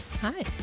Hi